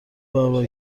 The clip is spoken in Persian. برابر